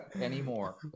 anymore